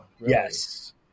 yes